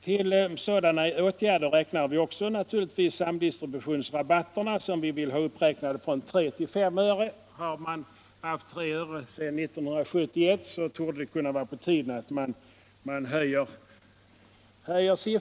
Till sådana åtgärder räknar vi också naturligtvis samdistributionsrabatterna, som vi vill ha uppräknade från 3 till 5 öre per exemplar. Har man haft 3 öre sedan 1971, så torde det vara på tiden att man höjer siffran.